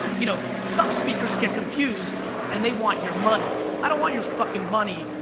you know some speakers get confused and they want your money i don't want your fucking money.